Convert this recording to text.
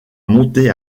monter